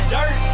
Dirt